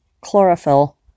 chlorophyll